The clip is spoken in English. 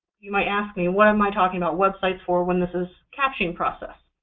you might ask me, what am i talking about websites for when this is captioning process?